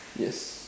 yes